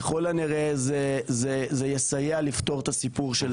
ככל הנראה זה יסייע לפתור את הסיפור של אפרודיטה.